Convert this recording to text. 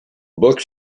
books